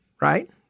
Right